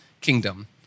kingdom